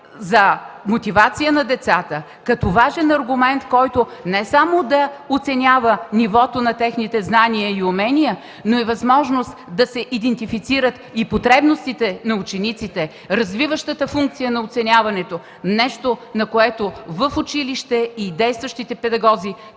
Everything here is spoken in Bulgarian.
за мотивация на децата, важен аргумент, който не само да оценява нивото на техните знания и умения, но и възможност да се идентифицират потребностите на учениците, развиващата функция на оценяването – нещо, на което и действащите педагози